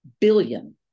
billion